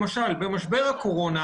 למשל במשבר הקורונה,